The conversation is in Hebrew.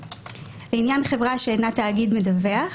"(2)לעניין חברה שאינה תאגיד מדווח,